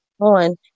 on